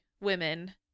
women